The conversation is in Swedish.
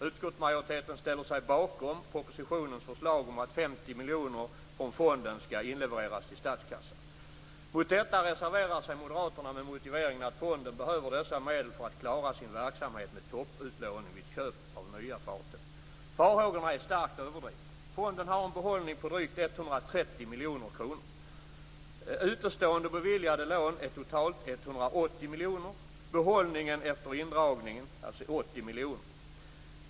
Utskottsmajoriteten ställer sig bakom oppositionens förslag om att 50 miljoner från fonden skall inlevereras till statskassan. Mot detta reserverar sig moderaterna med motiveringen att fonden behöver dessa medel för att klara sin verksamhet med topputlåning vid köp av nya fartyg. Farhågorna är starkt överdrivna. Fonden har en behållning på drygt 130 miljoner kronor. Utestående och beviljade lån är totalt 180 miljoner kronor. Behållningen efter indragningen är alltså 80 miljoner kronor.